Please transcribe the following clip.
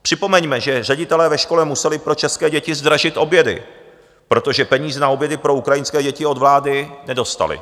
Připomeňme, že ředitelé ve škole museli pro české děti zdražit obědy, protože peníze na obědy pro ukrajinské děti od vlády nedostali.